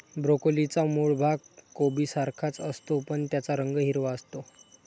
ब्रोकोलीचा मूळ भाग कोबीसारखाच असतो, पण त्याचा रंग हिरवा असतो